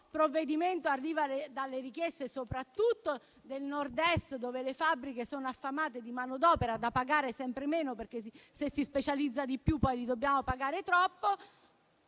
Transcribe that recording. provvedimento arriva soprattutto dalle richieste del Nord-Est, dove le fabbriche sono affamate di manodopera da pagare sempre meno, perché, se si specializza di più, poi la dobbiamo pagare troppo.